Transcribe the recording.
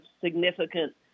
significant